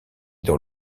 dans